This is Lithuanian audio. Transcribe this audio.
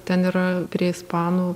ten yra prie ispanų